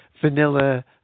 vanilla